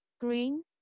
green